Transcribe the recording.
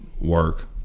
work